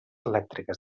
elèctriques